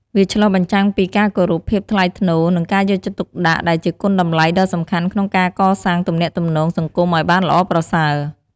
វាឆ្លុះបញ្ចាំងពីការគោរព ភាពថ្លៃថ្នូរ និងការយកចិត្តទុកដាក់ ដែលជាគុណតម្លៃដ៏សំខាន់ក្នុងការកសាងទំនាក់ទំនងសង្គមឱ្យបានល្អប្រសើរ។